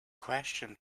question